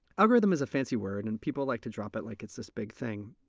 algorithm is a fancy word, and people like to drop it like it's this big thing.